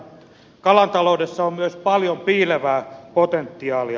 kalataloudessa on myös paljon piilevää potentiaalia